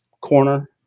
corner